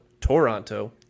Toronto